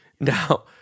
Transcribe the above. now